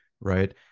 right